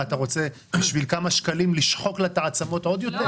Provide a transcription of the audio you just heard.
אתה רוצה בשביל כמה שקלים לשחוק לה את העצמות עוד יותר?